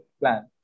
plan